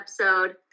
episode